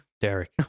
Derek